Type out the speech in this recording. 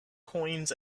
coins